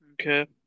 Okay